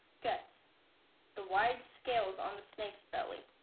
guts the wide scales on the snake's belly